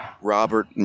Robert